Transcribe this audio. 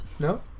No